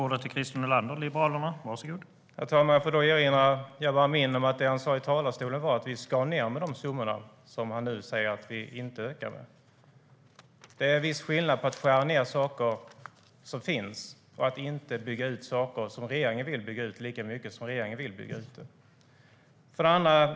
Herr talman! Jag får erinra Jabar Amin om att han i talarstolen förut sa att vi skär ned med de summor som han nu säger att vi inte ökar med. Det är en viss skillnad på att skära ned på saker som finns och att inte bygga ut saker lika mycket som regeringen vill bygga ut.